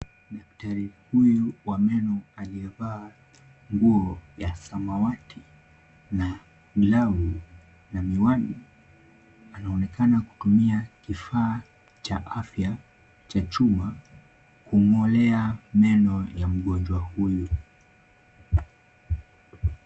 Daktari huyu wa meno aliyevaa nguo ya samawati na glavu na miwani anaonekana kutumia kifaa cha afya cha chuma kung'olea meno ya mgonjwa huyu.